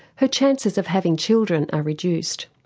her chances of having children are reduced.